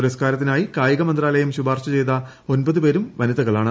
പുരസ്കാരത്തിനായി കായിക മന്ത്രാലയം ശുപാർശ ചെയ്ത ഒമ്പതു പേരും വനിതകളാണ്